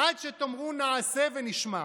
עד שתאמרו נעשה ונשמע.